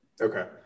Okay